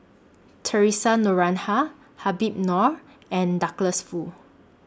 Theresa Noronha Habib Noh and Douglas Foo